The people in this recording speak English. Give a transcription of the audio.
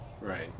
Right